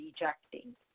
rejecting